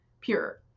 pure